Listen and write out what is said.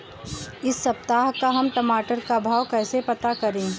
इस सप्ताह का हम टमाटर का भाव कैसे पता करें?